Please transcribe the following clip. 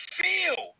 feel